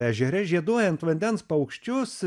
ežere žieduojant vandens paukščius